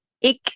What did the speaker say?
ik